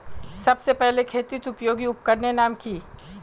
सबसे पहले खेतीत उपयोगी उपकरनेर नाम की?